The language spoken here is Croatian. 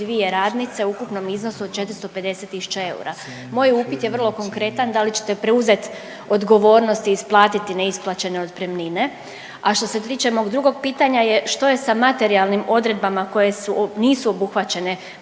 172 radnice u ukupnom iznosu od 450.000 eura. Moje upit je vrlo konkretan. Da li ćete preuzeti odgovornost i isplatiti neisplaćene otpremnine? A što se tiče mog drugog pitanja je što je sa materijalnim odredbama koje su, nisu obuhvaćene